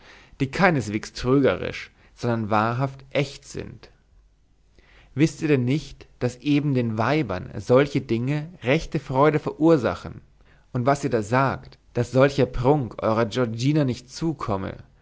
die keineswegs trügerisch sondern wahrhaft echt sind wißt ihr denn nicht daß eben den weibern solche dinge rechte freude verursachen und was ihr da sagt daß solcher prunk eurer giorgina nicht zukomme